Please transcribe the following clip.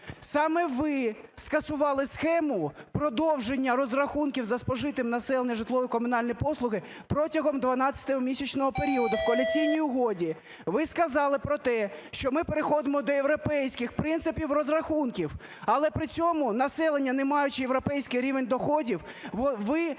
Саме ви скасували схему продовження розрахунків за спожиті населенням житлово-комунальні послуги протягом 12-місячного періоду. В Коаліційній угоді ви сказали про те, що ми переходимо до європейських принципів розрахунків. Але при цьому населення, не маючи європейський рівень доходів, ви